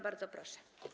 Bardzo proszę.